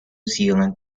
zealand